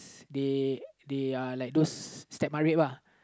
they they are like those step mat rep ah